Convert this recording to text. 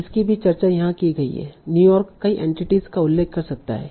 इसकी भी चर्चा यहाँ की गई है न्यूयॉर्क कई एंटिटीस का उल्लेख कर सकता है